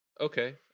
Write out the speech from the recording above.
Okay